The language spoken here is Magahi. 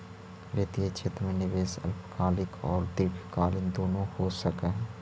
वित्तीय क्षेत्र में निवेश अल्पकालिक औउर दीर्घकालिक दुनो हो सकऽ हई